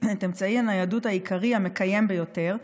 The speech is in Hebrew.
את אמצעי הניידות העיקרי המקיים ביותר,